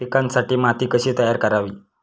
पिकांसाठी माती कशी तयार करावी?